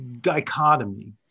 dichotomy